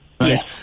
Yes